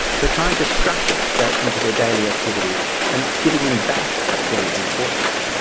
so trying to structure that into their daily activities and giving them back that feeling of importance.